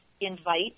invite